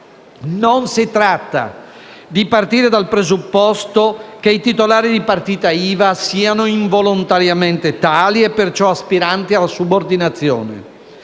Non si tratta di partire dal presupposto che i titolari di partita IVA siano involontariamente tali e perciò aspiranti alla subordinazione,